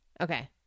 Okay